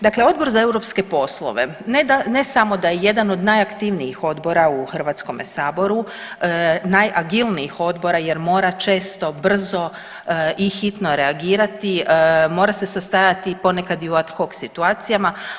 Dakle Odbor za europske poslove ne samo da je jedan od najaktivnijih odbora u Hrvatskom saboru, najagilnijih odbora jer mora često brzo i hitno reagirati, mora se sastajati ponekad i u at hock situacijama.